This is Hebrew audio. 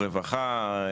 רווחה,